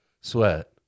sweat